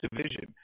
division